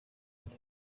with